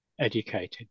educated